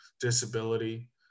disability